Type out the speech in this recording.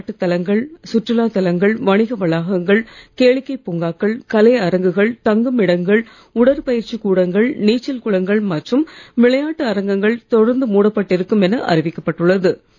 வழிபாட்டுத் தலங்கள் சுற்றுலா தலங்கள் வணிக வளாகங்கள் கேளிக்கைப் பூங்காக்கள் கலை அரங்குகள் தங்கும் இடங்கள் உடற்பயிற்சி கூடங்கள் நீச்சல் குளங்கள் மற்றும் விளையாட்டு அரங்குகள் தொடர்ந்து மூடப் பட்டிருக்கும் என அறிவிக்கப் பட்டுள்ளது